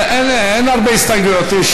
אין הרבה הסתייגויות.